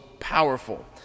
powerful